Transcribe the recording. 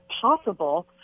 possible